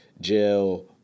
jail